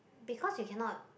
because you cannot